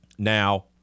Now